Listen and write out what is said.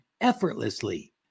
effortlessly